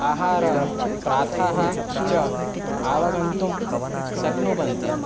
आहारप्राथाः च अवगन्तुं शक्नुवन्तिः